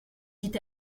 dit